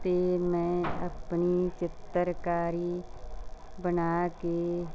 'ਤੇ ਮੈਂ ਆਪਣੀ ਚਿੱਤਰਕਾਰੀ ਬਣਾ ਕੇ